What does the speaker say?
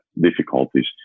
difficulties